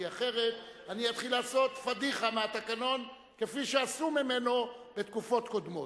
כי אחרת אני אתחיל לעשות פאדיחה מהתקנון כפי שעשו ממנו בתקופות קודמות.